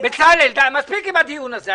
בצלאל, מספיק עם הדיון הזה.